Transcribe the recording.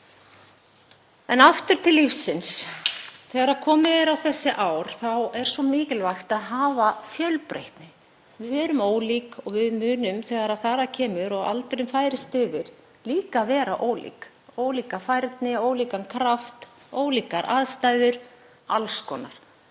En aftur til lífsins. Þegar komið er fram á þessi ár er svo mikilvægt að hafa fjölbreytni. Við erum ólík og við munum þegar þar að kemur og aldurinn færist yfir líka vera ólík, með ólíka færni, ólíkan kraft, ólíkar aðstæður, alls konar.